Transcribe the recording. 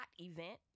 event